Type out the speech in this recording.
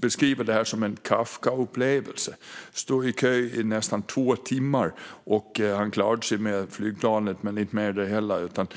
beskriver det som en Kafkaupplevelse. Han stod i kö i nästan två timmar och hann precis med planet.